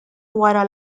wara